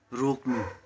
रोक्नु